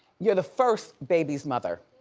you're the first babies mother.